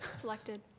Selected